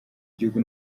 gihugu